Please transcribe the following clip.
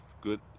good